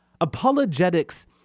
Apologetics